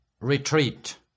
retreat